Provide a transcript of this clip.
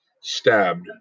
stabbed